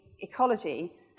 ecology